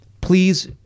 Please